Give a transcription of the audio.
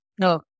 no